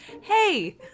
Hey